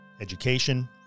education